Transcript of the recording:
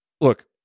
look